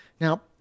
now